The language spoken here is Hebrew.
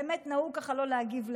באמת נהוג לא להגיב לכול.